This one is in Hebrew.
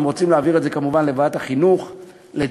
ואם רוצים להעביר את זה לוועדת החינוך לדיון,